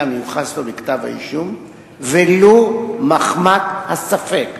המיוחס לו בכתב-האישום ולו מחמת הספק".